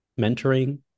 mentoring